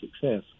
success